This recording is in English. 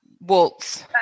waltz